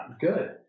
good